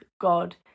God